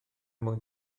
mwyn